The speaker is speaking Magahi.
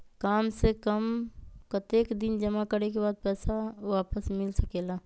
काम से कम कतेक दिन जमा करें के बाद पैसा वापस मिल सकेला?